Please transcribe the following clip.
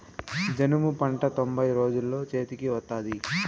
జనుము పంట తొంభై రోజుల్లో చేతికి వత్తాది